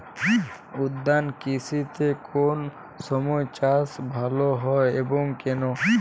উদ্যান কৃষিতে কোন সময় চাষ ভালো হয় এবং কেনো?